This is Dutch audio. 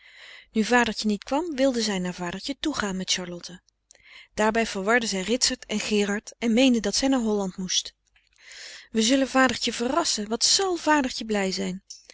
nu vadertje niet kwam wilde zij naar vadertje toegaan met charlotte daarbij verwarde zij ritsert en gerard en meende dat zij naar holland moest we zullen vadertje verrassen wat zal vadertje blij zijn